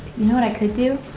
know, what i could do,